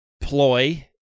ploy